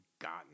gotten